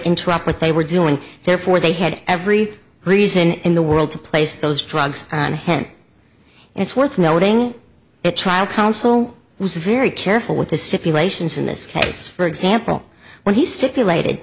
interrupt what they were doing therefore they had every reason in the world to place those drugs on him and it's worth noting that trial counsel was very careful with the stipulations in this case for example when he stipulated